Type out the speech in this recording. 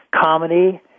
comedy